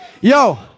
Yo